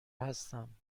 هستم